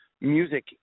music